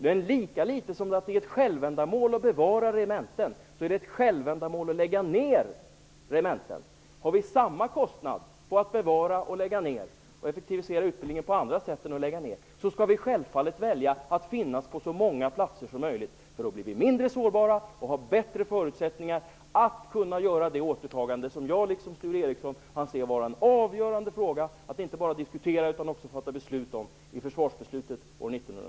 Men lika litet som det är ett självändamål att bevara regementen är det ett självändamål att lägga ned regementen. Vid samma kostnad för att bevara och att lägga ned eller att effektivisera utbildningen på andra sätt än att lägga ned skall vi självfallet välja att finnas på så många platser som möjligt. Då blir vi mindre sårbara och har bättre förutsättningar att kunna göra det återtagande som jag liksom Sture Ericson anser vara en avgörande fråga att inte bara diskutera utan att också ta ställning till vid försvarsbeslutet år